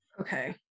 Okay